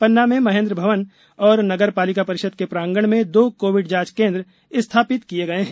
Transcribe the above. न्ना में महेन्द्र भवन ओर नगर ालिका रिषद के प्रांगण में दो कोविड जांच केंद्र स्थापित किये गए है